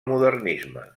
modernisme